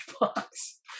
box